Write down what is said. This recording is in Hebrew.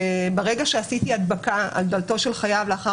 ברגע שעשיתי הדבקה על דלתו של חייב לאחר